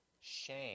shame